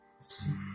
see